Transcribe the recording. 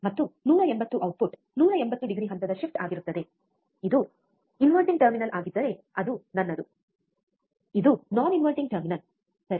ಮತ್ತು 180 output 180 degree ಹಂತದ shift ಆಗಿರುತ್ತದೆ ಇದು ಇನ್ವರ್ಟಿಂಗ್ ಟರ್ಮಿನಲ್ ಆಗಿದ್ದರೆ ಅದು ನನ್ನದು ಇದು ಇನ್ವರ್ಟಿಂಗ್ ಮಾಡದ ಟರ್ಮಿನಲ್ ಸರಿ